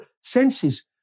senses